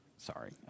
Sorry